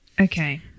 Okay